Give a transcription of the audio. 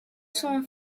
son